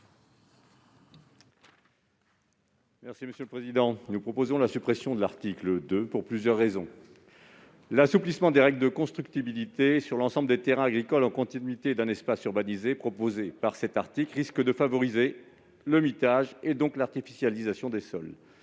M. Daniel Salmon. Nous proposons la suppression de l'article 2 pour plusieurs raisons. L'assouplissement des règles de constructibilité applicables à l'ensemble des terrains agricoles en continuité d'un espace urbanisé prévu par cet article risque de favoriser le mitage et donc l'artificialisation des sols.